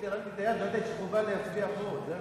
לא ידעתי שחובה להצביע פה, זה הכול.